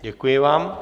Děkuji vám.